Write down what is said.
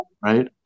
right